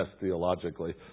theologically